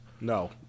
No